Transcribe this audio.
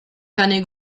cane